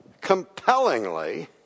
compellingly